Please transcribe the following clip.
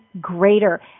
greater